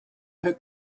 her